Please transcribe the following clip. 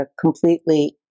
completely